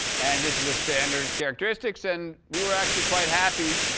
and this is a standard characteristics, and we were actually quite happy.